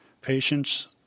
patients